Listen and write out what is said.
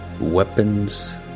Weapons